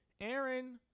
Aaron